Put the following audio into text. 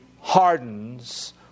hardens